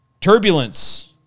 Turbulence